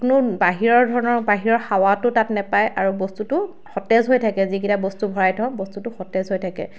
কোনো বাহিৰৰ ধৰণৰ বাহিৰৰ হাৱাটো তাত নাপায় আৰু বস্তুটো সতেজ হৈ থাকে যিকেইটা বস্তু ভৰাই থওঁ বস্তুটো সতেজ হৈ থাকে